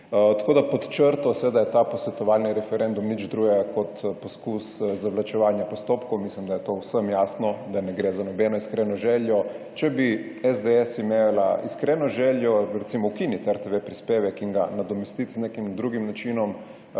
Pod črto je seveda ta posvetovalni referendum nič drugega kot poizkus zavlačevanja postopkov. Mislim, da je to vsem jasno, da ne gre za nobeno iskreno željo. Če bi SDS imela iskreno željo, recimo, ukiniti RTV prispevek in ga nadomestiti z nekim drugim načinom